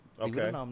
Okay